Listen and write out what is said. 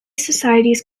societies